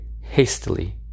hastily